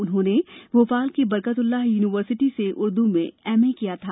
राहत ने भोपाल की बरकतल्लाह यूनिवर्सिटी से उर्दू में एमए किया था